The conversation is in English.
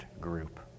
group